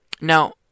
now